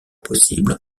possible